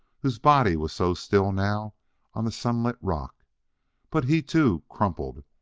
whose body was so still now on the sunlit rock but he, too, crumpled,